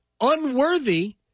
unworthy